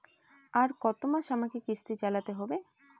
আর কতমাস আমাকে কিস্তি চালাতে হবে?